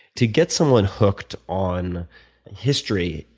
to get someone hooked on history,